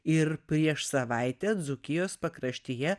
ir prieš savaitę dzūkijos pakraštyje